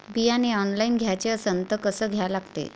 बियाने ऑनलाइन घ्याचे असन त कसं घ्या लागते?